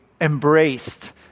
embraced